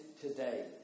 today